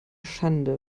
schande